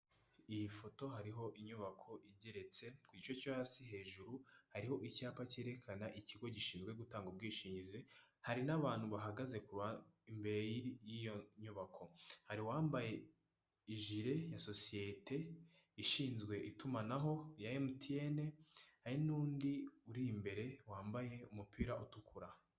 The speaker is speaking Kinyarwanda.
Iyi foto hariho inyubako igeretse, ku gice cyo hasi, hejuru hariho icyapa cyerekana ikigo gishinzwe gutanga ubwishingizi, hari n'abantu bahagaze imbere y'iyo nyubako. Hari uwambaye ijire ya sosiyete ishinzwe itumanaho ya emutiyene, hari n'undi uri imbere, wambaye umupira utukura.